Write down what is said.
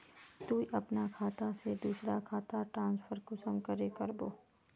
तुई अपना खाता से दूसरा खातात ट्रांसफर कुंसम करे करबो?